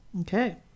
Okay